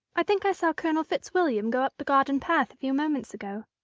i think i saw colonel fitzwilliam go up the garden path a few moments ago.